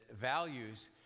values